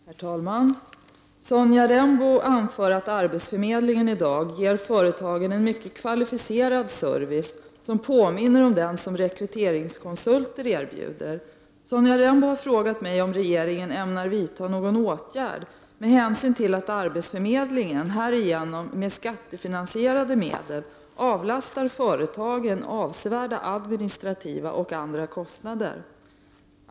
Herr talman! Sonja Rembo anför att arbetsförmedlingen i dag ger företagen en mycket kvalificerad service som påminner om den som rekryteringskonsulter erbjuder. Sonja Rembo har frågat mig om regeringen ämnar vidta någon åtgärd med hänsyn till att arbetsförmedlingen härigenom med skattefinansierade medel avlastar företagen avsevärda administrativa och andra kostnader.